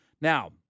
Now